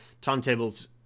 timetables